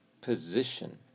position